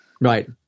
right